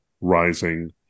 rising